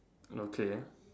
okay